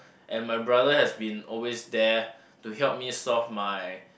and my brother has been always there to help me solve my